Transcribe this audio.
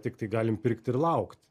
tiktai galim pirkti ir laukt